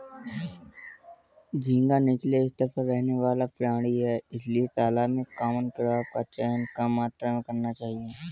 झींगा नीचले स्तर पर रहने वाला प्राणी है इसलिए तालाब में कॉमन क्रॉप का चयन कम मात्रा में करना चाहिए